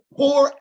pour